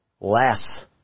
less